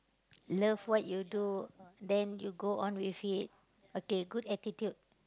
love what you do then you go on with it okay good attitude